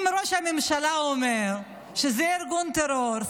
אם ראש הממשלה אומר שזה ארגון טרור,